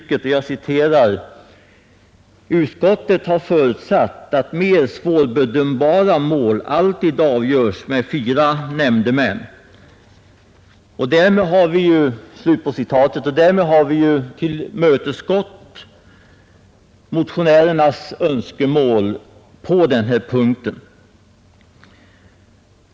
I utlåtandet anföres att utskottet har ”förutsatt att mer svårbedömda mål alltid avgörs med fyra nämndemän”. Därmed har vi ju tillmötesgått motionärernas önskemål på denna punkt.